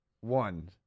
One